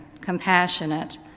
compassionate